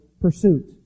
pursuit